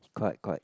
correct correct